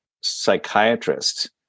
psychiatrist